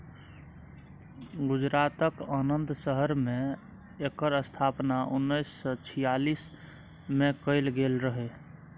गुजरातक आणंद शहर मे एकर स्थापना उन्नैस सय छियालीस मे कएल गेल रहय